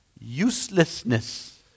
Uselessness